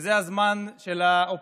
שזה הזמן של האופוזיציה,